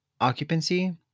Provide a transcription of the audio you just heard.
occupancy